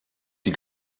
die